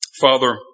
Father